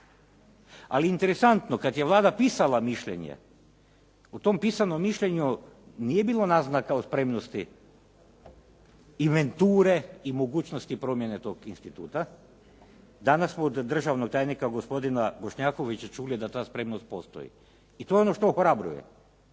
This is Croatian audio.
Ali interesantno, kada je Vlada pisala mišljenje, u tom pisanom mišljenju nije bilo naznaka o spremnosti inventure i mogućnosti promjene tog instituta. Danas smo od državnog tajnika, gospodina Bošnjakovića, čuli da ta spremnost postoji i to je ono što ohrabruje.